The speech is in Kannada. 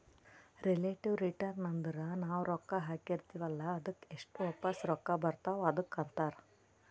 ರೆಲೇಟಿವ್ ರಿಟರ್ನ್ ಅಂದುರ್ ನಾವು ರೊಕ್ಕಾ ಹಾಕಿರ್ತಿವ ಅಲ್ಲಾ ಅದ್ದುಕ್ ಎಸ್ಟ್ ವಾಪಸ್ ರೊಕ್ಕಾ ಬರ್ತಾವ್ ಅದುಕ್ಕ ಅಂತಾರ್